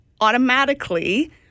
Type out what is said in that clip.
automatically